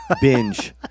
Binge